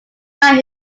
not